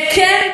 וכן,